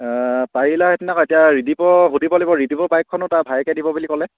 পাৰিলা হেতেন আকৌ এতিয়া ৰিদীপক সুধিব লাগিব ৰিদীপৰ বাইকখনো তাৰ ভায়েকে নিব বুলি ক'লে